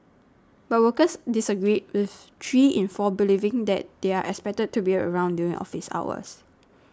but workers disagreed with three in four believing that they are expected to be around during office hours